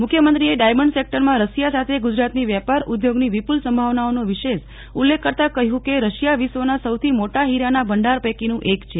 મુખ્યમંત્રીએ ડાયમંડ સેક્ટરમાં રશિયા સાથે ગુજરાતની વેપાર ઉઘોગની વિપૂલ સંભાવનાઓનો વિશેષ ઉલ્લેખ કરતાં કહ્યું કે રશિયા વિશ્વના સૌથી મોટા હીરાના ભંડાર પૈકીનું એક છે